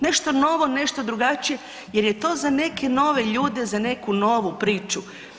Nešto novo, nešto drugačije jer je to za neke nove ljude, za neku novu priču.